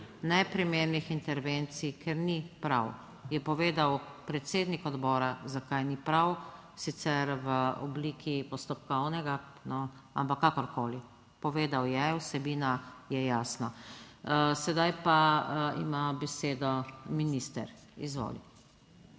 neprimernih intervencij, ker ni prav. Je povedal predsednik odbora Zakaj ni prav sicer v obliki postopkovnega, ampak kakorkoli, povedal je. Vsebina je jasna. Sedaj pa ima besedo minister. Izvoli.